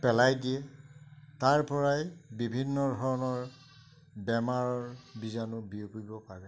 পেলাই দিয়ে তাৰ পৰাই বিভিন্ন ধৰণৰ বেমাৰৰ বীজাণু বিয়পিব পাৰে